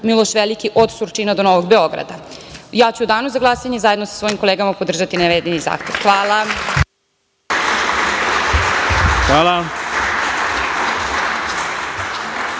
Miloš Veliki od Surčina do Novog Beograda.U danu za glasanje zajedno sa svojim kolegama podržaću navedeni zakon. Hvala. **Ivica